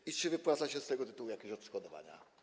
I czy wpłaca się z tego tytułu jakieś odszkodowania?